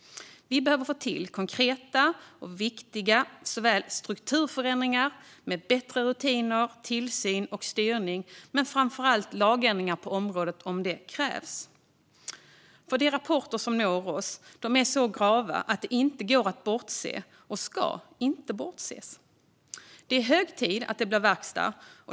Vi behöver få till konkreta och viktiga strukturförändringar med bättre rutiner, tillsyn och styrning men framför allt lagändringar på området om det krävs. De rapporter som når oss visar på så grava problem att det inte går att bortse från dem, och vi ska inte bortse från dem. Det är hög tid att det blir verkstad.